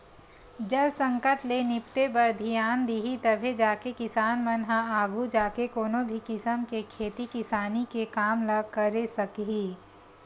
जल संकट ले निपटे बर धियान दिही तभे जाके किसान मन ह आघू जाके कोनो भी किसम के खेती किसानी के काम ल करे सकही